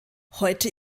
heute